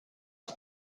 son